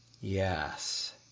Yes